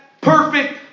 perfect